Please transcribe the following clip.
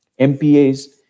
MPAs